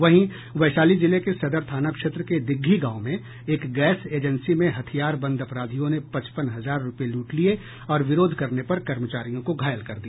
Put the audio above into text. वहीं वैशाली जिले के सदर थाना क्षेत्र के दिग्घी गांव में एक गैस एजेंसी में हथियार बंद अपराधियों ने पचपन हजार रुपये लूट लिये और विरोध करने पर कर्मचारियों को घायल कर दिया